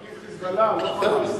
צועקים "חיזבאללה", לא "חמאס".